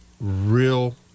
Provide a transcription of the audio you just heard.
real